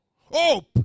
Hope